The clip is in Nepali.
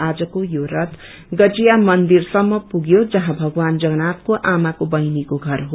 आज यो रथ गंडिया मन्दिरसम्म पुन्यो जहाँ भगवान जगन्नाथको आमाको कहिनीको घर हो